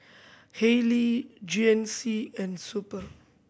Haylee G N C and Super